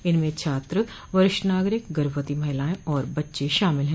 इनमें छात्र वरिष्ठ नागरिक गर्भवती महिलाएं और बच्चे शामिल हैं